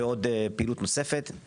ועוד פעילות נוספת.